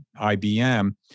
IBM